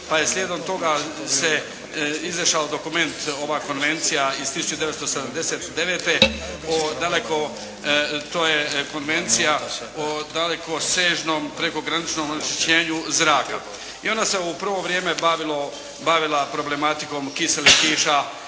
pa je slijedom toga se izašao dokument, ova konvencija iz 1979. o daleko, to je Konvencija o dalekosežnom prekograničnom onečišćenju zraka i ona se u prvo vrijeme bavila problematikom kiselih kiša